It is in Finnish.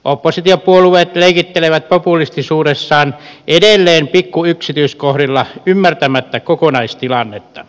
oppositiopuolueet leikittelevät populistisuudessaan edelleen pikku yksityiskohdilla ymmärtämättä kokonaistilannetta